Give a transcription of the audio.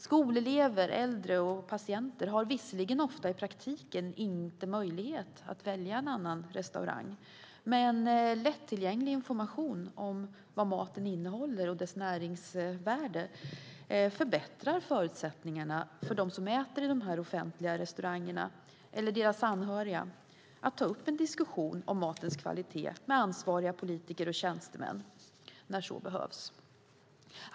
Skolelever, äldre och patienter har visserligen ofta i praktiken inte möjlighet att välja en annan restaurang, men lättillgänglig information om vad maten innehåller och dess näringsvärde förbättrar förutsättningarna för dem som äter i dessa offentliga restauranger eller deras anhöriga att ta upp en diskussion om matens kvalitet med ansvariga politiker och tjänstemän när så behövs.